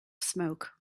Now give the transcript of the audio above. smoke